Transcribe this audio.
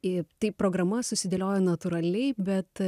į tai programa susidėliojo natūraliai bet